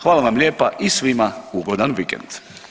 Hvala vam lijepa i svima ugodan vikend.